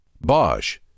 Bosch